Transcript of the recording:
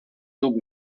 tub